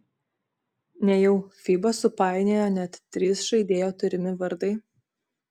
nejau fiba supainiojo net trys žaidėjo turimi vardai